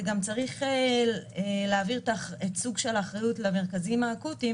גם צריך להעביר סוג של אחריות למרכזים האקוטיים